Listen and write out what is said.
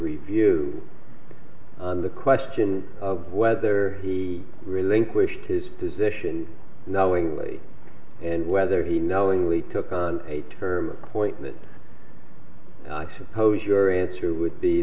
review on the question of whether he relates wished his position knowingly and whether he knowingly took on a term appointment i suppose your answer would be